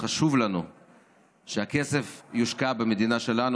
וחשוב לנו שהכסף יושקע במדינה שלנו,